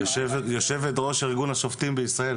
יושבת-ראש ארגון השופטים בישראל,